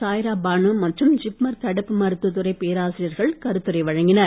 சாய்ரா பானு மற்றும் ஜிப்மர் தடுப்பு மருத்துவத் துறை பேராசிரியர்கள் கருத்துரை வழங்கினர்